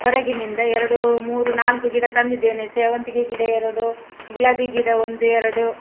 ಹೊರಗಿನಿಂದ ಎರಡು ಮೂರು ನಾಲ್ಕು ಗಿಡ ತಂದಿದ್ದೇನೆ ಸೇವಂತಿಗೆ ಗಿಡ ಎರಡು ಗುಲಾಬಿ ಗಿಡ ಒಂದು ಎರಡು